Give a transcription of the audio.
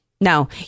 No